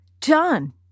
John